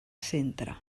centre